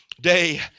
day